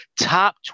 top